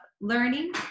learning